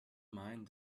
mind